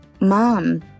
Mom